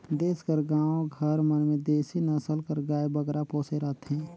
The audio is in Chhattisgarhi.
देस कर गाँव घर मन में देसी नसल कर गाय बगरा पोसे रहथें